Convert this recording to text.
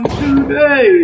today